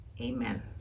Amen